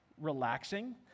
relaxing